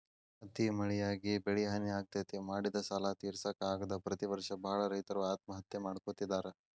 ಅತಿ ಮಳಿಯಾಗಿ ಬೆಳಿಹಾನಿ ಆಗ್ತೇತಿ, ಮಾಡಿದ ಸಾಲಾ ತಿರ್ಸಾಕ ಆಗದ ಪ್ರತಿ ವರ್ಷ ಬಾಳ ರೈತರು ಆತ್ಮಹತ್ಯೆ ಮಾಡ್ಕೋತಿದಾರ